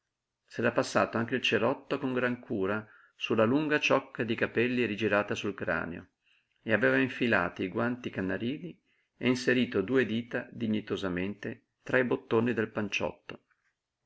s'era passato anche il cerotto con gran cura su la lunga ciocca di capelli rigirata sul cranio e aveva infilato i guanti canarini e inserito due dita dignitosamente tra i bottoni del panciotto